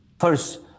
First